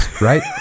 right